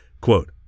Quote